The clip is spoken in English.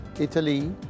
Italy